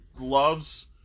Loves